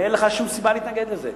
אין לך שום סיבה להתנגד לזה.